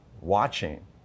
watching